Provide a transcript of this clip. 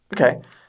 Okay